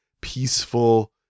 peaceful